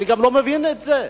ואני לא מבין את זה.